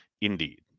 Indeed